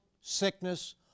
sickness